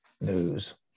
news